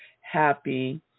happy